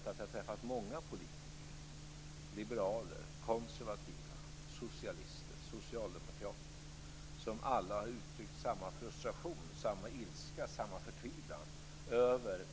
Jag kan inte svara på vilka metoder och vilken teknik som behövs. Det diskuteras olika metoder, som Ryttar vet.